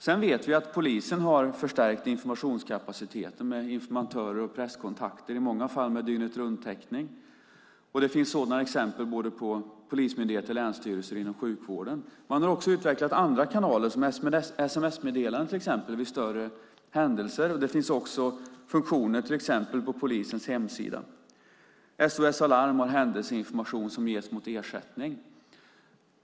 Sedan vet vi att polisen har förstärkt informationskapaciteten med informatörer och presskontakter, i många fall med dygnetrunttäckning. Det finns exempel på det på såväl polismyndigheter och länsstyrelser som inom sjukvården. Man har också utvecklat andra kanaler, till exempel sms-meddelanden vid större händelser, och det finns också nya funktioner till exempel på polisens hemsida. SOS Alarm har händelseinformation som ges mot ersättning.